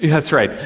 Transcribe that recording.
yeah that's right,